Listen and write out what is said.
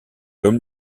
comme